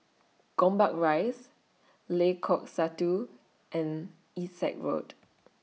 Gombak Rise Lengkok Satu and Essex Road